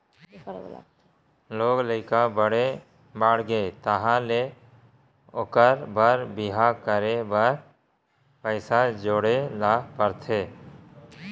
लोग लइका बड़े बाड़गे तहाँ ले ओखर बर बिहाव करे बर पइसा जोड़े ल परथे